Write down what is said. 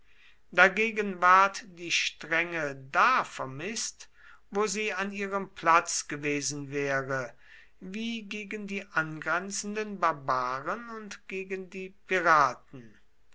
dagegen ward die strenge da vermißt wo sie an ihrem platz gewesen wäre wie gegen die angrenzenden barbaren und gegen die piraten